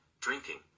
drinking